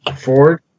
Ford